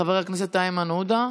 חבר הכנסת איימן עודה.